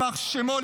יימח שמו,